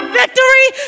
victory